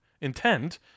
intent